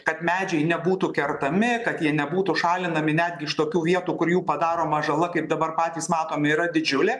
kad medžiai nebūtų kertami kad jie nebūtų šalinami netgi iš tokių vietų kur jų padaroma žala kaip dabar patys matome yra didžiulė